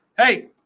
Hey